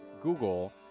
google